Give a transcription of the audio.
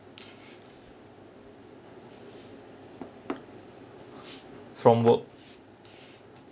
from work